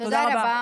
תירגעו.